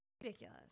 ridiculous